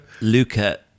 Luca